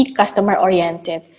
customer-oriented